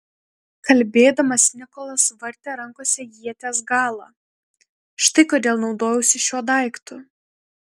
kalbėdamas nikolas vartė rankose ieties galą štai kodėl naudojausi šiuo daiktu